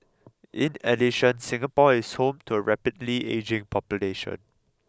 in addition Singapore is home to a rapidly ageing population